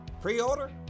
Pre-order